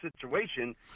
situation